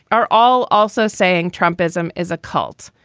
are all also saying trumpism is a cult.